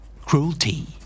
Cruelty